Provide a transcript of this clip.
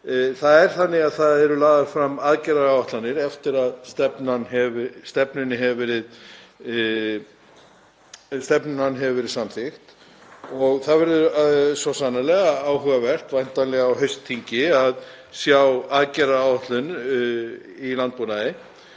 það er þannig að það eru lagðar fram aðgerðaáætlanir eftir að stefna hefur verið samþykkt. Það verður svo sannarlega áhugavert, væntanlega á haustþingi, að sjá aðgerðaáætlun í landbúnaði